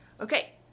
Okay